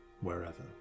wherever